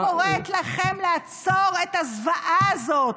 אני קוראת לכם לעצור את הזוועה הזאת.